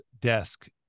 desk